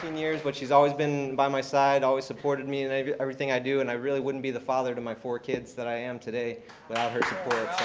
years. but she's always been by my side, always supported me and in everything i do. and i really wouldn't be the father to my four kids that i am today without her support.